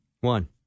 one